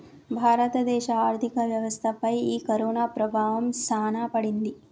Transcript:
భారత దేశ ఆర్థిక వ్యవస్థ పై ఈ కరోనా ప్రభావం సాన పడింది